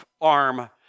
arm